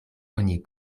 oni